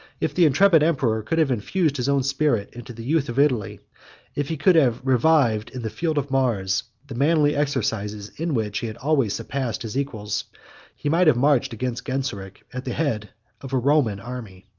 if the intrepid emperor could have infused his own spirit into the youth of italy if he could have revived in the field of mars, the manly exercises in which he had always surpassed his equals he might have marched against genseric at the head of a roman army.